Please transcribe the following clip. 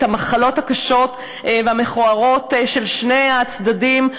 את המחלות הקשות והמכוערות של שני הצדדים,